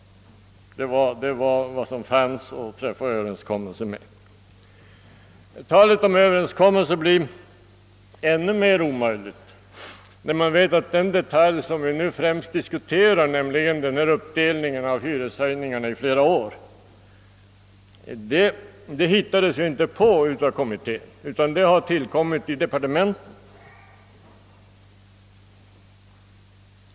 Det var vad som fanns att träffa överenskommelser med. Talet om överenskommelser blir ännu mer omöjligt när man vet att den detalj som vi nu främst diskuterar, fördelningen av hyreshöjningarna på flera år, inte hittades på av kommittén. Den har tillkommit i departementet.